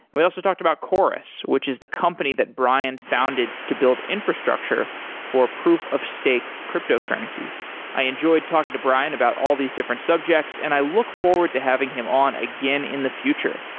we also talked about chorus which is the company that brian founded to build infrastructure for proof of stake cryptocurrencies i enjoyed talking to brian about all these different subjects and i look forward to having him on again in the future.